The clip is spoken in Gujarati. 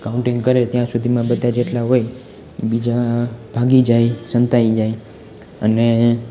કાઉન્ટિંગ કરે ત્યાં સુધીમાં બધા જેટલા હોય બીજા ભાગી જાય સંતાઈ જાય અને